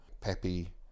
peppy